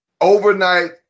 overnight